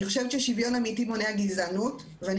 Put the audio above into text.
אני חושבת ששוויון אמיתי מונע גזענות ואני